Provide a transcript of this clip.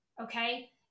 okay